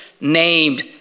named